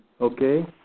Okay